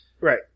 Right